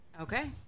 okay